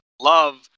love